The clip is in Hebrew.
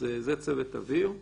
אז זה צוות אוויר.